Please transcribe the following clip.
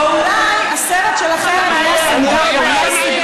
או אולי הסרט שלכם יהיה הסנדק, למה אתה מאיים?